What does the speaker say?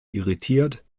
irritiert